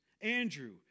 Andrew